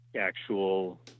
actual